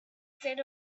scent